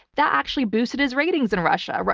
that actually boosted his ratings in russia.